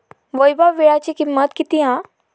वैभव वीळ्याची किंमत किती हा?